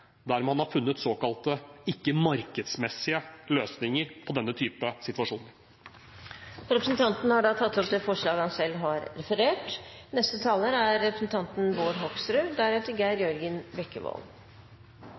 der man har funnet såkalte ikke-markedsmessige løsninger på denne type situasjon. Representanten Torgeir Micaelsen har tatt opp det forslaget han refererte til. Jeg tror at det i denne saken er